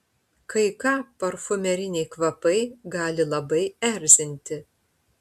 kai ką parfumeriniai kvapai gali labai erzinti